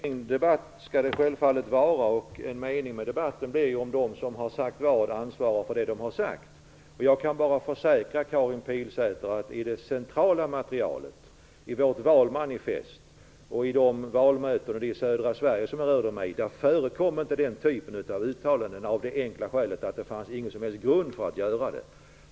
Fru talman! Det skall självfallet vara någon mening med debatten. Det blir ju en mening med debatten om man ansvarar för det man har sagt. Jag kan försäkra Karin Pilsäter att i det centrala materialet, i vårt valmanifest och vid de valmöten i södra Sverige där jag rörde mig förekom inte den typen av uttalanden av det enkla skälet att det inte fanns någon som helst grund för dem.